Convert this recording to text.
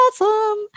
awesome